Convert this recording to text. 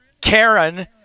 Karen